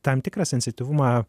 tam tikrą sensityvumą